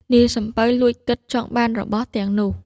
នាយសំពៅលួចគិតចង់បានរបស់ទាំងនោះ។